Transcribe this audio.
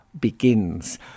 begins